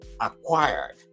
acquired